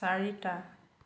চাৰিটা